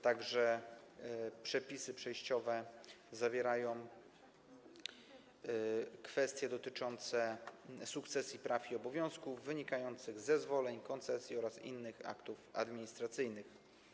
Także przepisy przejściowe regulują kwestie dotyczące sukcesji praw i obowiązków wynikających z zezwoleń, koncesji oraz innych aktów administracyjnych.